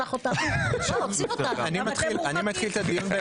גם אתם מורחקים?